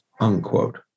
unquote